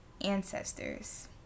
ancestors